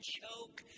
choke